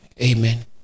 Amen